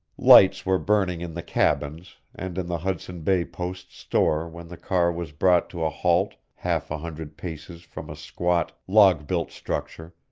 lights were burning in the cabins and in the hudson bay post's store when the car was brought to a halt half a hundred paces from a squat, log-built structure,